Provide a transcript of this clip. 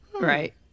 Right